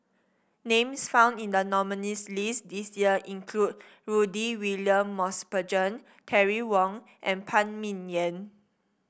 names found in the nominees' list this year include Rudy William Mosbergen Terry Wong and Phan Ming Yen